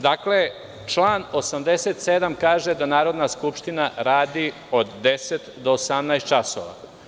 Dakle, član 87. kaže da Narodna skupština radi od 10 do 18 časova.